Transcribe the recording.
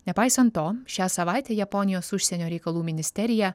nepaisant to šią savaitę japonijos užsienio reikalų ministerija